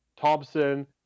Thompson